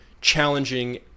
challenging